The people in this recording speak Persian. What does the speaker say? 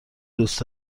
دوست